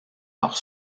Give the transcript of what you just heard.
leur